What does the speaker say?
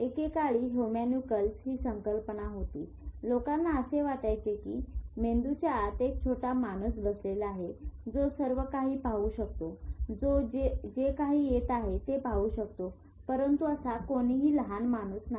एकेकाळी होम्युनक्यूल्स ही संकल्पना होती लोकांना असे वाटायचे की मेंदूच्या आत एक छोटा माणूस बसलेला आहे जो सर्व काही पाहू शकतो जो जे काही येत आहे ते पाहू शकतो परंतु असा कोणीही लहान माणूस नाही